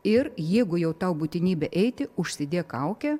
ir jeigu jau tau būtinybė eiti užsidėk kaukę